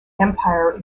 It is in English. empire